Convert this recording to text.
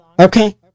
Okay